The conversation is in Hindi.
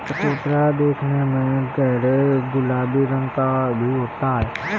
चकोतरा देखने में गहरे गुलाबी रंग का भी होता है